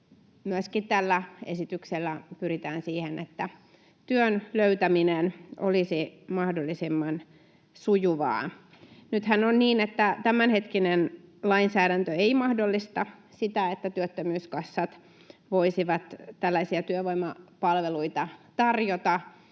Myöskin tällä esityksellä pyritään siihen, että työn löytäminen olisi mahdollisimman sujuvaa. Nythän on niin, että tämänhetkinen lainsäädäntö ei mahdollista sitä, että työttömyyskassat voisivat tällaisia työvoimapalveluita tarjota,